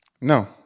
No